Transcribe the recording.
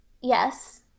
Yes